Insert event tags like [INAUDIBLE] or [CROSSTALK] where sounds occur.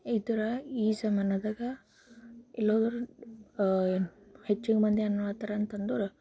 ಇದ್ರೆ ಈ ಜಮಾನದಾಗ ಎಲ್ಲೋದರೂ ಏನು ಹೆಚ್ಚಿಗೆ ಮಂದಿ [UNINTELLIGIBLE] ಅಂತ ಅಂದೋರು